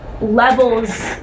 levels